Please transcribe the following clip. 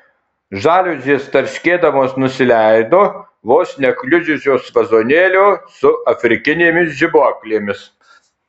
žaliuzės tarškėdamos nusileido vos nekliudžiusios vazonėlio su afrikinėmis žibuoklėmis